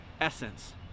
essence